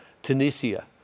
Tunisia